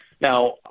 Now